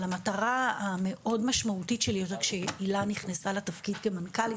אבל המטרה המאוד משמעותית שהילה נכנסה לתפקיד כמנכ"לית,